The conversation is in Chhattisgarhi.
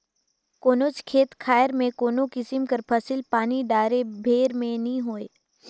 कोनोच खेत खाएर में कोनो किसिम कर फसिल पानी डाले भेर में नी होए